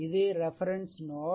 இது reference note